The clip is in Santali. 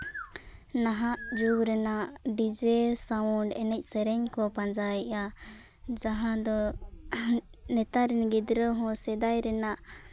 ᱱᱟᱦᱟᱜ ᱡᱩᱜᱽ ᱨᱮᱱᱟᱜ ᱰᱤᱡᱮ ᱥᱟᱣᱩᱱᱰ ᱮᱱᱮᱡ ᱥᱮᱨᱮᱧ ᱠᱚ ᱯᱟᱸᱡᱟᱭᱮᱜᱼᱟ ᱡᱟᱦᱟᱸ ᱫᱚ ᱱᱮᱛᱟᱨ ᱨᱮᱱ ᱜᱤᱫᱽᱨᱟᱹ ᱦᱚᱸ ᱥᱮᱫᱟᱭ ᱨᱮᱱᱟᱜ